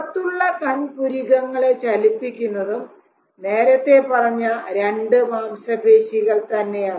പുറത്തുള്ള കൺ പുരികങ്ങളെ ചലിപ്പിക്കുന്നതും നേരത്തെ പറഞ്ഞ രണ്ട് മാംസപേശികൾ തന്നെയാണ്